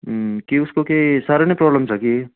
उम् कि उसको केही साह्रो नै प्रब्लम छ कि